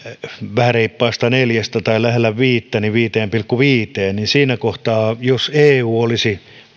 vähän reippaasta neljästä prosentista tai lähellä viittä olevasta viiteen pilkku viiteen niin jos eu olisi